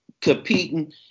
competing